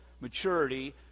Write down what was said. maturity